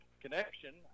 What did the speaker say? connection